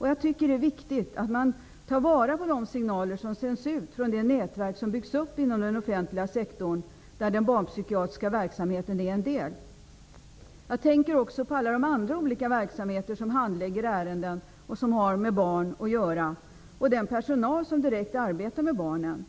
Jag tycker det är viktigt att man ger akt på de signaler som sänds ut från det nätverk som byggts upp inom den offentliga sektorn, där den barnpsykiatriska verksamheten är en del. Jag tänker också på alla de andra olika verksamheter som handlägger ärenden som har med barn att göra och på den personal som direkt arbetar med barnen.